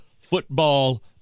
football